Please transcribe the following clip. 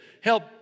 help